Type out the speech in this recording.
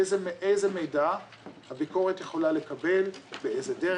איזה מידע הביקורת יכולה לקבל באיזו דרך.